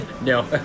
No